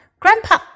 Grandpa